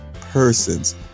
persons